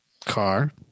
car